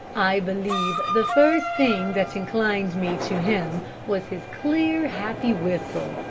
i believe the first thing that inclined me to him was his clear, happy whistle.